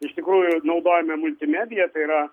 iš tikrųjų naudojame multimediją tai yra